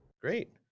Great